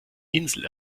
insel